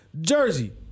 Jersey